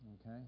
okay